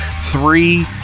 three